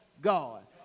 God